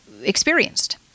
experienced